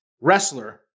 wrestler